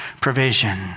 provision